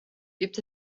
gibt